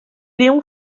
léon